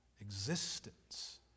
existence